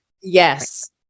yes